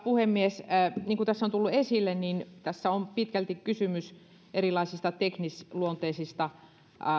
puhemies niin kuin tässä on tullut esille niin tässä on pitkälti kysymys erilaisista teknisluonteisista